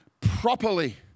properly